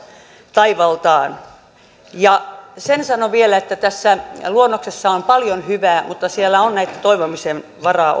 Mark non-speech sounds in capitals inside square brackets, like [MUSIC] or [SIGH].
taivaltaan sen sanon vielä että tässä luonnoksessa on paljon hyvää mutta siellä on asioita joissa on toivomisen varaa [UNINTELLIGIBLE]